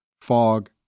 Fog